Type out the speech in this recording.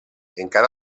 encara